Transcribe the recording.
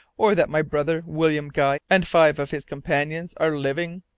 or that my brother william guy and five of his companions are living?